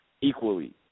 equally